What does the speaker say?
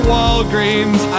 Walgreens